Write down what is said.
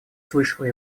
слышала